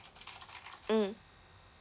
mm